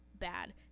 bad